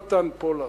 יש דבר אחד,